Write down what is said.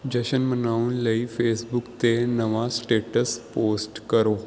ਜਸ਼ਨ ਮਨਾਉਣ ਲਈ ਫੇਸਬੁੱਕ 'ਤੇ ਨਵਾਂ ਸਟੇਟਸ ਪੋਸਟ ਕਰੋ